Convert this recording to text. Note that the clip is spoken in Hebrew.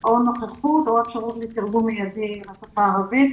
או נוכחות או אפשרות לתרגום מיידי לשפה הערבית.